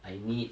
I need